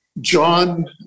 John